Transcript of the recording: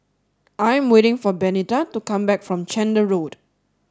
I am waiting for Benita to come back from Chander Road